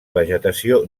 vegetació